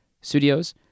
Studios